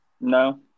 No